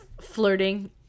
flirting